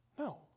No